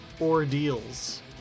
ordeals